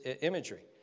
imagery